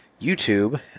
YouTube